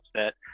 upset